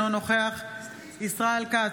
אינו נוכח ישראל כץ,